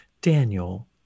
Daniel